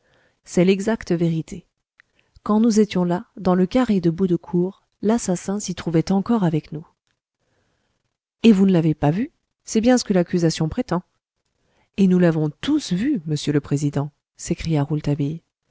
c'est l'exacte vérité quand nous étions là dans le carré de bout de cour l'assassin s'y trouvait encore avec nous et vous ne l'avez pas vu c'est bien ce que l'accusation prétend et nous l'avons tous vu monsieur le président s'écria rouletabille